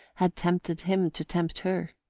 had tempted him to tempt her.